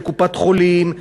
לקופת-חולים,